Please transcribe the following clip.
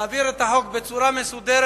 להעביר את החוק בצורה מסודרת.